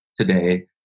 today